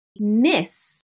Miss